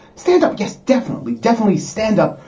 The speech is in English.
stand up. yes, definitely. definitely stand up.